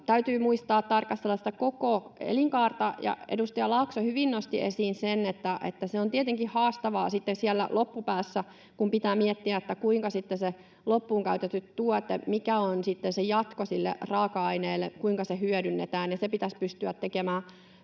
Täytyy muistaa tarkastella sitä koko elinkaarta. Edustaja Laakso hyvin nosti esiin sen, että se on tietenkin haastavaa sitten siellä loppupäässä, kun pitää miettiä sitä loppuun käytettyä tuotetta, mikä on se jatko sille raaka-aineelle, kuinka se hyödynnetään. Se pitäisi pystyä tekemään